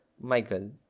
Michael